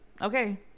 okay